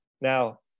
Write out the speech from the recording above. Now